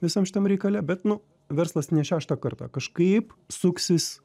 visam šitam reikale bet nu verslas ne šeštą kartą kažkaip suksis